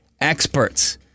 experts